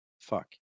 Fuck